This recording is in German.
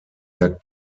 jagt